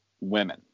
women